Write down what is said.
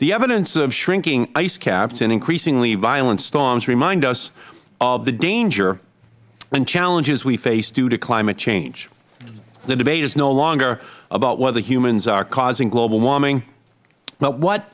the evidence of shrinking ice caps and increasingly violent storms reminds us of the danger and challenges we face due to climate change the debate is no longer about whether humans are causing global warming but what